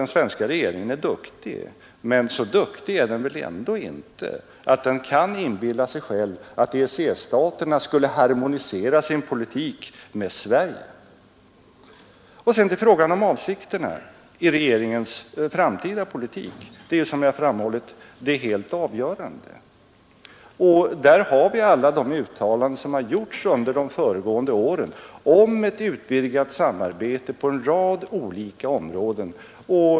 Den svenska regeringen är duktig, men så duktig är den väl ändå inte att den skulle kunna få EEC-staterna att harmonisera sin politik med Sveriges. Sedan till frågan om avsikterna i regeringens framtida politik. De är, som jag framhållit, det helt avgörande, och där har vi alla de uttalanden som gjorts under de föregående åren om ett utvidgat samarbete på en rad olika områden.